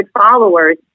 followers